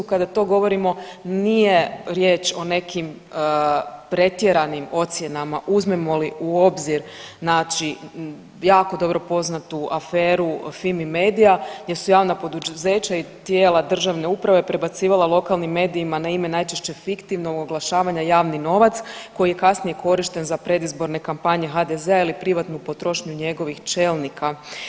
Kada to govorimo nije riječ o nekim pretjeranim ocjenama uzmemo li u obzir znači jako dobro poznatu aferu Fimi medija gdje su javna poduzeća i tijela državne uprave prebacivale lokalnim medijima na ime najčešće fiktivnog oglašavanja javni novac koji je kasnije korišten za predizborne kampanje HDZ-a ili privatnu potrošnju njegovih čelnika.